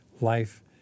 life